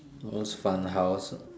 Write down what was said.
most fun house ah